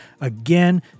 Again